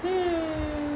hmm